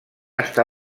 està